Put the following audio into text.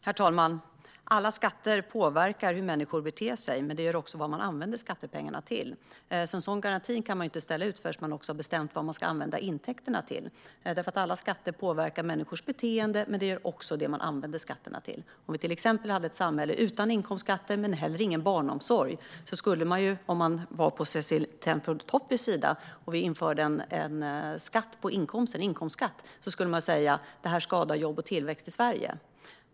Herr talman! Alla skatter påverkar hur människor beter sig, men det gör också vad man använder skattepengarna till. En sådan garanti kan man alltså inte ställa ut förrän man har bestämt vad man ska använda intäkterna till. Alla skatter påverkar människors beteende, men detsamma gäller det man använder skatterna till. Om vi till exempel hade ett samhälle utan både inkomstskatter och barnomsorg och vi införde en inkomstskatt skulle man, om man var på Cecilie Tenfjord-Toftbys sida, säga att detta skulle skada jobben och tillväxten i Sverige.